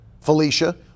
Felicia